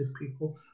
people